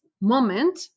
moment